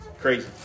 crazy